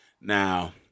Now